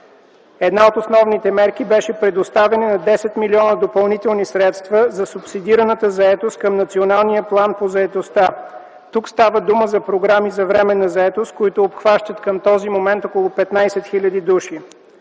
Една от основните мерки беше предоставяне на 10 милиона допълнителни средства за субсидираната заетост към Националния план по заетостта. Тук става дума за програми за временна заетост, които обхващат към този момент около 15 000 души.